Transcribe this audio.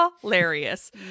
hilarious